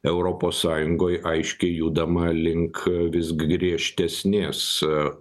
europos sąjungoj aiškiai judama link vis griežtesnės